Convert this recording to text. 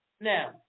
Now